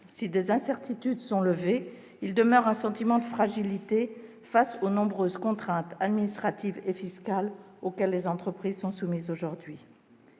Si des incertitudes sont levées, un sentiment de fragilité face aux nombreuses contraintes administratives et fiscales auxquelles les entreprises sont soumises aujourd'hui